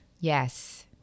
Yes